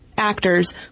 actors